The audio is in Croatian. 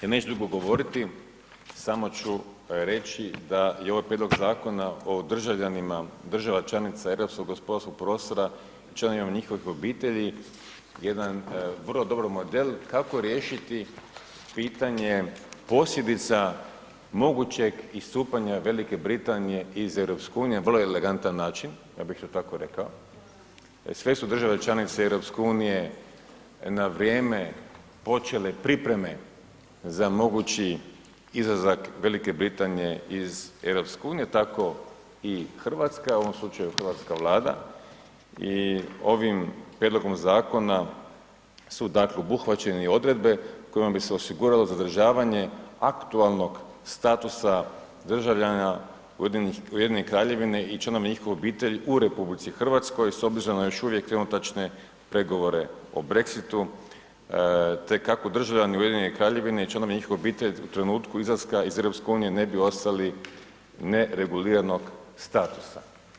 Ja neću dugo govoriti samo ću reći da je ovaj Prijedlog zakona o državljanima država članica europskog gospodarskog prostora i članovima njihovih obitelji jedan vrlo dobar model kako riješiti pitanje posljedica mogućeg istupanja Velike Britanije iz EU na vrlo elegantan način, ja bih to tako rekao, sve su države članice EU na vrijeme počele pripreme za mogući izlazak Velike Britanije iz EU tako i Hrvatska, u ovom slučaju hrvatska Vlada i ovim prijedlogom zakona su dakle obuhvaćene određene odredbe kojima se osiguralo zadržavanje aktualnog statusa državljana UK-a i članova njihovih obitelji u RH s obzirom na još uvijek trenutačne pregovore o Brexitu te kako državljani UK-a i članovi njihovih obitelji u trenutku izlaska iz EU-a ne bi ostali nereguliranog statusa.